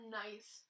nice